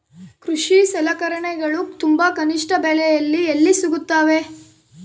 ಕೃಷಿ ಸಲಕರಣಿಗಳು ತುಂಬಾ ಕನಿಷ್ಠ ಬೆಲೆಯಲ್ಲಿ ಎಲ್ಲಿ ಸಿಗುತ್ತವೆ?